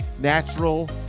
natural